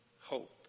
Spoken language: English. hope